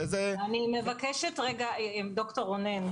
ד"ר רונן,